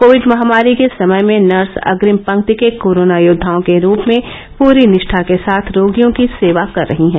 Covid महामारी के समय में नर्स अग्रिम पंक्ति के कोरोना योद्वाओं के रूप में पूरी निष्ठा के साथ रोगियों की सेवा कर रहीं हैं